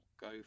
go